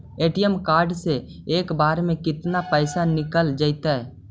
ATM card से एक बार में केतना पैसा निकल जइतै?